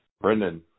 Brendan